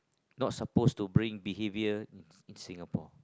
not suppose to bring behaviour in singapore